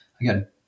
Again